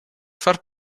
far